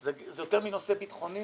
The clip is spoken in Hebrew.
זה לא נושא פוליטי, זה נושא ביטחוני.